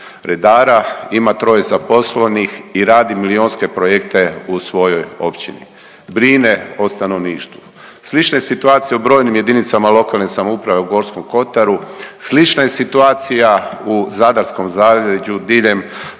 redara, ima troje zaposlenih i radi milijunske projekte u svojoj općini, brine o stanovništvu. Slična je situacija u brojnim JLS u Gorskom kotaru, slična je situacija u Zadarskom zaleđu, diljem